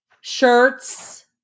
shirts